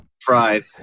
Pride